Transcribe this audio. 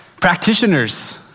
Practitioners